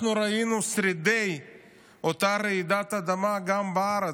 אנחנו ראינו את שרידי אותה רעידת אדמה גם בארץ,